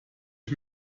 ich